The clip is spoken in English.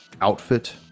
outfit